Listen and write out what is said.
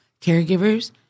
Caregivers